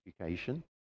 education